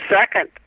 second